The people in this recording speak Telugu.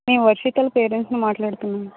నేను వర్షిత్ వాళ్ళ పేరెంట్స్ ని మాట్లాడుతున్నాను